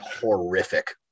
horrific